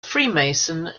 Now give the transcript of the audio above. freemason